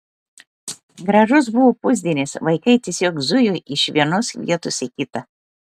gražus buvo pusdienis vaikai tiesiog zujo iš vienos vietos į kitą